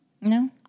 No